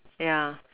yeah